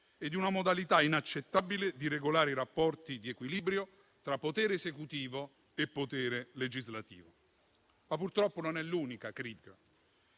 e di una modalità inaccettabile di regolare i rapporti di equilibrio tra potere esecutivo e potere legislativo. Purtroppo non è l'unica critica.